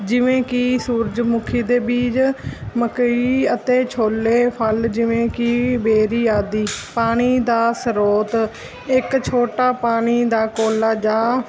ਜਿਵੇਂ ਕਿ ਸੂਰਜਮੁਖੀ ਦੇ ਬੀਜ ਮੱਕੀ ਅਤੇ ਛੋਲੇ ਫਲ ਜਿਵੇਂ ਕਿ ਬੇਰੀ ਆਦਿ ਪਾਣੀ ਦਾ ਸਰੋਤ ਇੱਕ ਛੋਟਾ ਪਾਣੀ ਦਾ ਕੋਲਾ ਜਾਂ